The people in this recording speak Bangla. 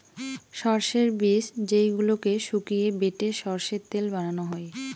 সরষের বীজ যেইগুলোকে শুকিয়ে বেটে সরষের তেল বানানো হই